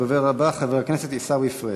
הדובר הבא, חבר הכנסת עיסאווי פריג'.